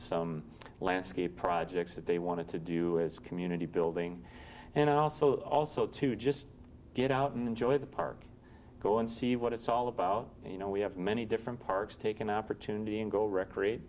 some landscape projects that they wanted to do is community building and i also also to just get out and enjoy the park go and see what it's all about you know we have many different parks take an opportunity and go recreate